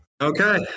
Okay